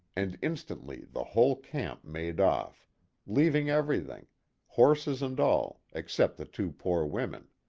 and instantly the whole camp made off leaving everything horses and all except the two poor women.